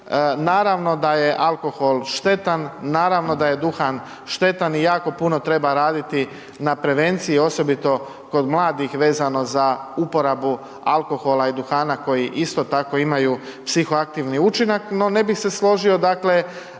naravno da je alkohol štetan, naravno da je duhan štetan i jako puno treba raditi na prevenciji, osobito kod mladih vezano za uporabu alkohola i duhana koji isto tako imaju psihoaktivni učinak, no ne bih se složio,